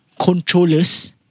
controllers